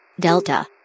Delta